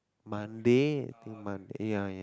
Monday to Monday ya ya